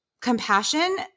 compassion